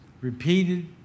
repeated